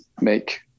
make